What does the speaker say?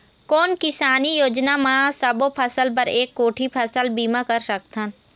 कोन किसानी योजना म सबों फ़सल बर एक कोठी फ़सल बीमा कर सकथन?